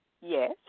Yes